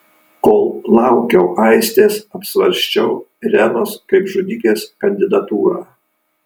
kol laukiau aistės apsvarsčiau irenos kaip žudikės kandidatūrą